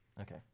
Okay